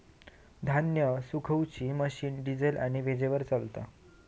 धान्य सुखवुची machine diesel आणि वीजेवर चलता